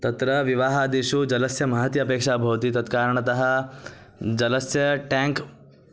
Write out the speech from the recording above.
तत्र विवाहादिषु जलस्य महती अपेक्षा भवति तत्कारणतः जलस्य टेङ्क्